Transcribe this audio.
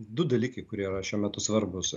du dalykai kurie yra šiuo metu svarbūs